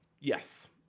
Yes